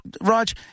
Raj